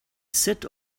set